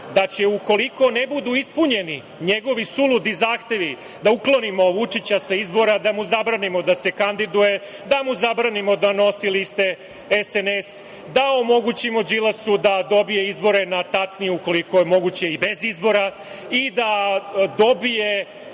da će ukoliko ne budu ispunjeni njegovi suludi zahtevi da uklonimo Vučića sa izbora, da mu zabranimo da se kandiduje, da mu zabranimo da nosi liste SNS, da omogućimo Đilasu da dobije izbore na tacni ukoliko je moguće i bez izbora i da dobije